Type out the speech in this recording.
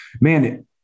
man